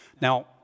Now